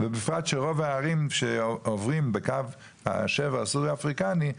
ובפרט שרוב הערים שעוברים בקו השבר הסורי האפריקאי,